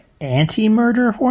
anti-murder